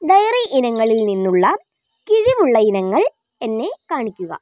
diary ഇനങ്ങളിൽ നിന്നുള്ള കിഴിവുള്ള ഇനങ്ങൾ എന്നെ കാണിക്കുക